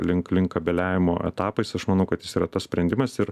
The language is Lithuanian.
link link kabeliavimo etapais aš manau kad jis yra tas sprendimas ir